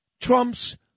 Trump's